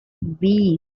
bees